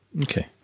okay